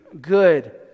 good